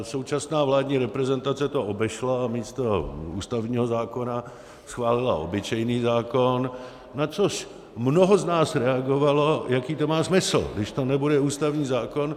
Současná vládní reprezentace to obešla a místo ústavního zákona schválila obyčejný zákon, na což mnoho z nás reagovalo: jaký to má smysl, když to nebude ústavní zákon?